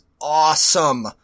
awesome